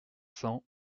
cents